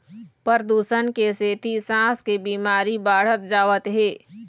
परदूसन के सेती सांस के बिमारी बाढ़त जावत हे